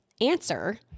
answer